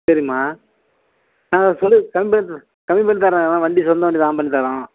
சரிம்மா நாங்கள் சொல்லி கம்மி பண்ணி கம்மி பண்ணி தரேன்ம்மா வண்டி சொந்த வண்டி தான் பண்ணி தரோம்